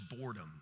boredom